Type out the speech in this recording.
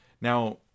Now